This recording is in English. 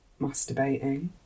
masturbating